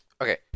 Okay